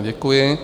Děkuji.